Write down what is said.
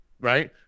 Right